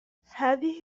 هذه